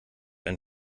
ein